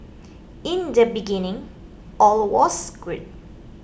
in the beginning all was good